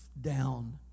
down